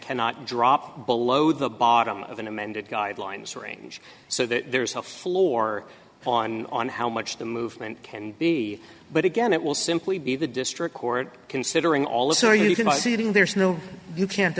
cannot drop below the bottom of an amended guidelines range so there's a floor on on how much the movement can be but again it will simply be the district court considering all the so you can